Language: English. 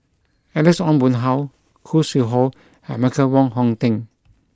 Alex Ong Boon Hau Khoo Sui Hoe and Michael Wong Hong Teng